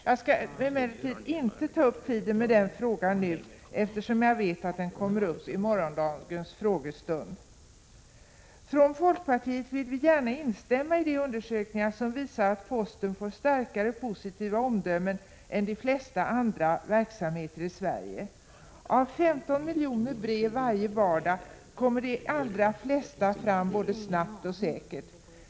Jag skall emellertid inte ta upp tiden med den frågan nu, eftersom jag vet att den kommer upp i morgondagens frågestund. Från folkpartiet vill vi gärna instämma i de undersökningar som visar att posten får starkare positiva omdömen än de flesta andra verksamheter i Sverige. Av 15 miljoner brev varje vardag kommer de allra flesta fram både snabbt och säkert.